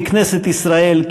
ככנסת ישראל,